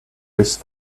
these